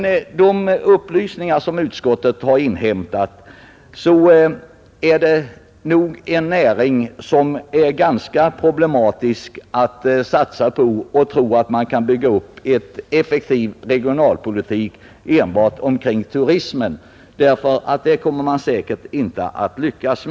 Av de upplysningar som utskottet inhämtat framgår att det är ganska problematiskt att satsa på turistnäringen och tro att man kan bygga upp en effektiv regionalpolitik enbart omkring den. Det skulle säkert inte lyckas.